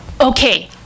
Okay